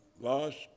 Lost